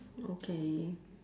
okay